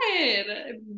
good